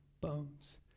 bones